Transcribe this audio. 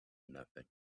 nothing